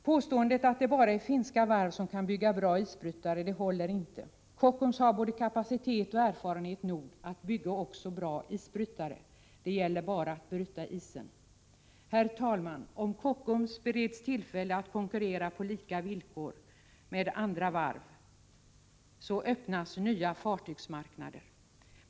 Påståendet att det bara är finska varv som kan bygga bra isbrytare håller inte. Kockums har både kapacitet och erfarenhet nog att bygga också bra isbrytare. Det gäller bara att bryta isen. Herr talman! Om Kockums bereds tillfälle att konkurrera på lika villkor med andra varv öppnas nya fartygsmarknader.